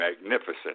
magnificent